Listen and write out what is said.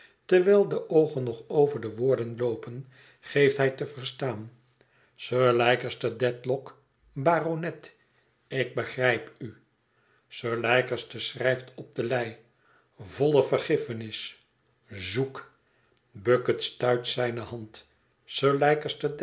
terwijl de oogen nog over de woorden loopen geeft hij te verstaan sir leicester dedlock baronet ik begrijp u sir leicester schrijft op de lei volle vergiffenis zoek bucket stuit zijne hand